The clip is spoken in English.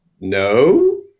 No